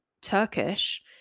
Turkish